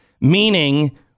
meaning